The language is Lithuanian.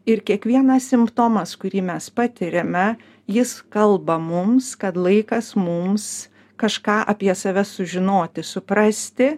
ir kiekvienas simptomas kurį mes patiriame jis kalba mums kad laikas mums kažką apie save sužinoti suprasti